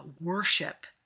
worship